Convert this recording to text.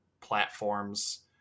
platforms